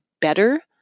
better